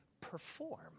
perform